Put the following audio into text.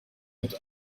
hat